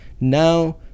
now